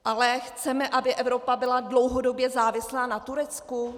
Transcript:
Ale chceme, aby Evropa byla dlouhodobě závislá na Turecku?